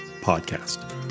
podcast